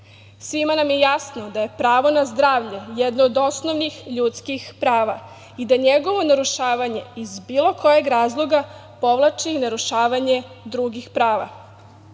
Svima nam je jasno da pravo na zdravlje jedno od osnovnih ljudskih prava i da njegovo narušavanje iz bilo kojeg razloga povlači i narušavanje drugih prava. Broj